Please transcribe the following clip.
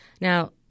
Now